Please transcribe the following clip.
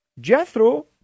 Jethro